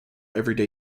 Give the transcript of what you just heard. everyday